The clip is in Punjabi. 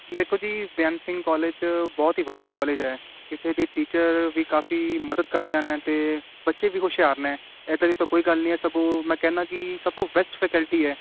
ਦੇਖੋ ਜੀ ਬੇਅੰਤ ਸਿੰਘ ਕੋਲੇਜ 'ਚ ਬਹੁਤ ਹੀ ਵਧੀਆ ਕੋਲੇਜ ਹੈ ਇੱਥੇ ਦੇ ਟੀਚਰ ਵੀ ਕਾਫ਼ੀ ਮਦਦ ਕਰਦੇ ਹਨ ਅਤੇ ਬੱਚੇ ਵੀ ਹੁਸ਼ਿਆਰ ਨੇ ਇੱਦਾਂ ਦੀ ਤਾਂ ਕੋਈ ਗੱਲ ਨਹੀਂ ਸਗੋਂ ਮੈਂ ਕਹਿੰਦਾ ਕਿ ਸਭ ਤੋਂ ਵੈਸਟ ਫੈਕਿਲਟੀ ਹੈ